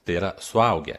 tai yra suaugę